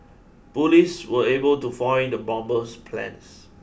police were able to foil the bomber's plans